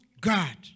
God